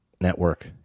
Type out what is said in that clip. network